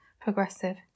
progressive